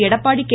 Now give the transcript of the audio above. Edappadi K